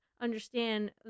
understand